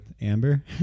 Amber